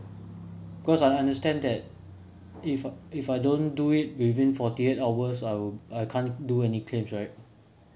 because I understand that if if I don't do it within forty eight hours I I can't do any claims right